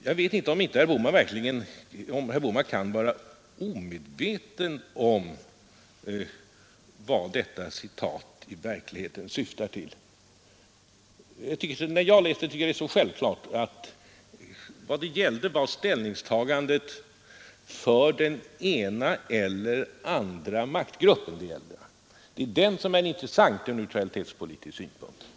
Jag vet inte om herr Bohman kan vara omedveten om vad detta uttalande i verkligheten åsyftar. När jag läst citatet har jag funnit det självklart att det gällde ställningstagande för den ena eller den andra maktgruppen — det är detta som är intressant ur neutralitetspolitisk synpunkt.